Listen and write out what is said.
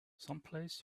someplace